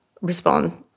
respond